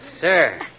Sir